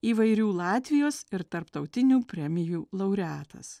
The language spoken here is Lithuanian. įvairių latvijos ir tarptautinių premijų laureatas